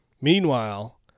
Meanwhile